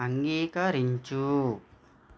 అంగీకరించు